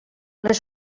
les